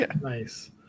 nice